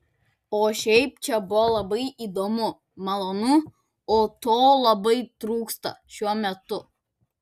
o šiaip čia buvo labai įdomu malonu o to labai trūksta šiuo metu